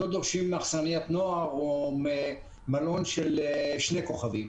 לא דורשים מאכסניית נוער או ממלון של שני כוכבים